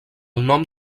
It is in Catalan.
nom